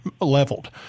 leveled